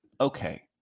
Okay